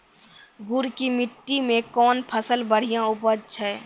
गुड़ की मिट्टी मैं कौन फसल बढ़िया उपज छ?